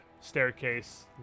staircase